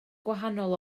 gwahanol